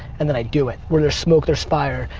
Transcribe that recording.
and then i do it. where there's smoke, there's fire.